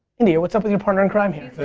india what's up with the partner in crime here?